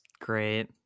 great